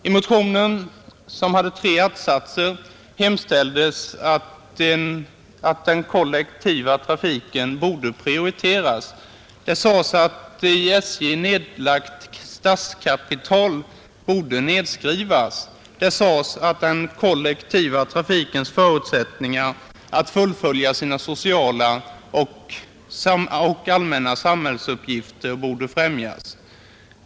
I motionens tre att-satser har hemställts att den kollektiva trafiken prioriteras, att överväganden görs att kraftigt nedskriva i SJ nedlagt kapital, samt att den kollektiva trafikens förutsättningar att fullfölja sina sociala och allmänna samhällsuppgifter främjas.